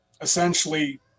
essentially